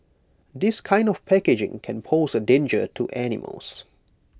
this kind of packaging can pose A danger to animals